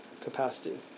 capacity